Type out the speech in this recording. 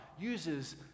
uses